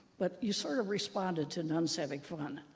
but you sort of responded to nuns having fun.